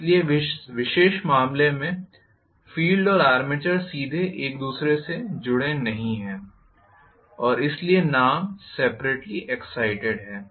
इसलिए इस विशेष मामले में फील्ड और आर्मेचर सीधे एक दूसरे से जुड़े नहीं हैं और इसलिए नाम सेपरेट्ली एग्ज़ाइटेड है